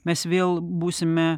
mes vėl būsime